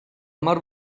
mar